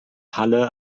halle